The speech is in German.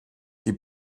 die